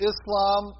Islam